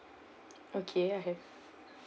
okay I have